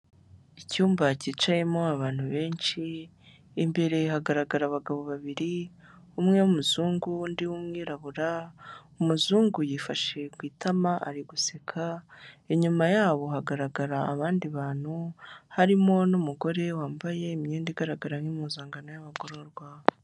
Icyumba kicayemo abantu benshi imbere hagaragara abagabo babiri, umwe w'umuzungu undi w'umwirabura, umuzungu yifashe ku itama ari guseka, inyuma yabo hagaragara abandi bantu harimo n'umugore wambaye imyenda igaragara nk'impimpuzangano y'abagororwa.